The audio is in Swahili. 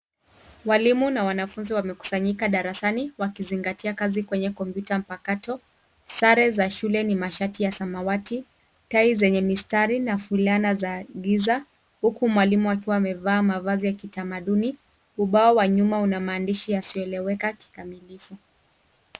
Waalimu na wanafunzi wamekusanyika darasani wakizingatia kazi kwenye komputa mpakato sare za shule ni mashati ya samawati tai zenye mistari na fulana za giza huku mwalimu akiwa amevaa mavazi ya kitamaduni ubao wa nyuma una maandishi yasiyo eleweka kikamilifu.